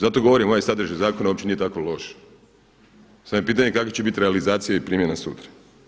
Zato govorim, ovaj sadržaj zakona uopće nije tako loš, samo je pitanje kakva će biti realizacija i primjena sutra.